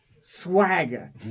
swagger